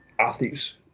athletes